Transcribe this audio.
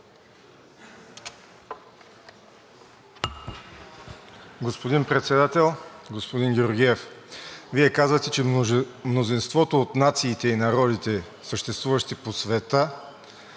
Господин Председател! Господин Георгиев, Вие казвате, че мнозинството от нациите и народите, съществуващи по света,